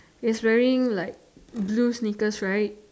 he's wearing like blue sneakers right